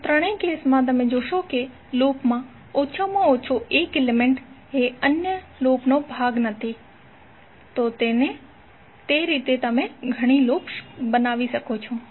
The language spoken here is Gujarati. તો ત્રણેય કેસમાં તમે જોશો કે લૂપમાં ઓછામાં ઓછો એક એલિમેન્ટ એ અન્ય લૂપનો ભાગ નથી તો તે રીતે તમે ઘણી લૂપ્સ બનાવી શકો છો